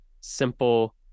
simple